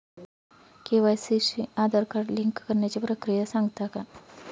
KYC शी Aadhaar card link करण्याची प्रक्रिया सांगता का?